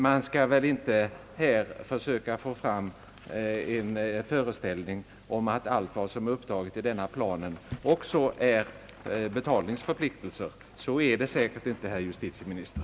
Man skall inte försöka bilda en föreställning att allt vad som är upptaget i denna plan också är betalningsförpliktelser, Så är det säkert inte, herr justitieminister.